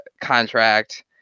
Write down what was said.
contract